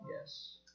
Yes